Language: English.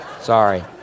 Sorry